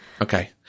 Okay